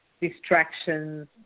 distractions